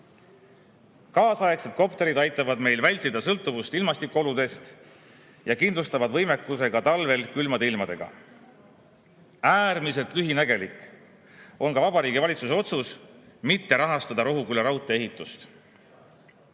Kaasaegsed kopterid aitavad meil vältida sõltuvust ilmastikuoludest ja kindlustavad võimekuse ka talvel külmade ilmadega. Äärmiselt lühinägelik on ka Vabariigi Valitsuse otsus mitte rahastada Rohuküla raudtee ehitust,